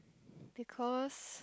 because